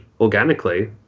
organically